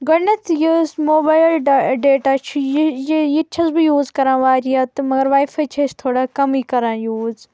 گۄڈنیٹھ یُس mobile data چھُ یہِ یہِ یِتہِ چھس بہٕ یوٗز کران واریاہ تہٕ مگر واے فاے چھِ أسۍ تھوڑا کمٕے کران یوٗز